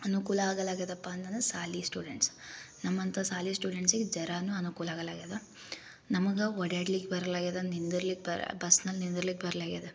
ಅನುಕೂಲ ಆಗಲಾಗ್ಯದಪ್ಪ ಅಂತಂದ್ರೆ ಶಾಲೆ ಸ್ಟೂಡೆಂಟ್ಸ್ ನಮ್ಮಂಥ ಶಾಲೆ ಸ್ಟುಡೆಂಟ್ಸಿಗೆ ಜರಾನು ಅನುಕೂಲ ಆಗಲಾಗ್ಯದ ನಮ್ಗೆ ಓಡಾಡ್ಲಿಕ್ಕೆ ಬರಲ್ಲಾಗ್ಯದ ನಿಂದರ್ಲಿಕ್ಕೆ ಬಸ್ನಲ್ಲಿ ನಿಂದರ್ಲಿಕ್ಲೆ ಬರಲ್ಲಾಗ್ಯದ